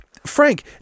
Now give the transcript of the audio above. Frank